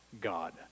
God